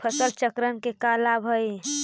फसल चक्रण के का लाभ हई?